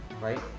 right